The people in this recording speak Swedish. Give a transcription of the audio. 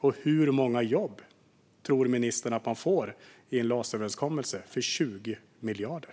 Och hur många jobb tror ministern att man får i en LAS-överenskommelse för 20 miljarder?